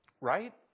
Right